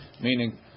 Meaning